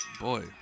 Boy